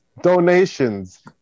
donations